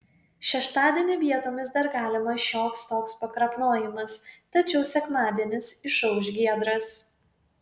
šeštadienį vietomis dar galimas šioks toks pakrapnojimas tačiau sekmadienis išauš giedras